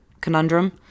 conundrum